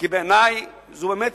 כי בעיני זה באמת